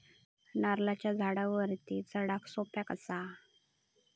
नारळाच्या झाडावरती चडाक सोप्या कसा?